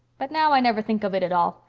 but now i never think of it at all,